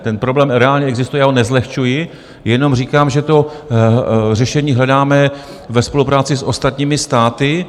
Ten problém reálně existuje, já ho nezlehčuji, jenom říkám, že to řešení hledáme ve spolupráci s ostatními státy.